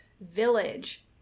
village